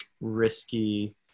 risky